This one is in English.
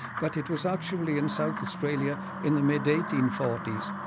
but it was actually in south australia in the mid eighteen forty s.